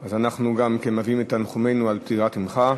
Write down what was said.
אז גם אנחנו מביעים את תנחומינו על פטירת אמך,